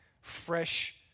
fresh